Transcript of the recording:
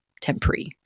temporary